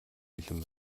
бэлэн